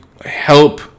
help